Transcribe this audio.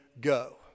go